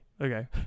Okay